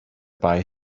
buy